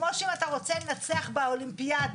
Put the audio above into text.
כמו שאתה רוצה לנצח באולימפיאדה.